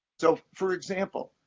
so, for example,